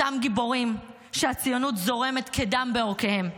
אותם גיבורים, שהציונות זורמת כדם בעורקיהם,